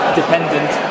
dependent